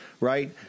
right